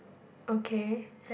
okay